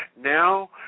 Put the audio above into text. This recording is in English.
Now